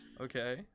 Okay